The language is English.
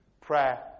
Prayer